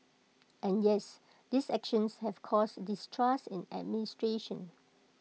and yes these actions have caused distrust in administration